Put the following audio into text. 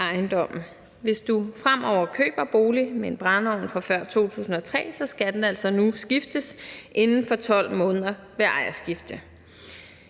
ejendommen. Hvis du fremover køber bolig med en brændeovn fra før 2003, skal den altså nu skiftes inden for 12 måneder ved ejerskifte.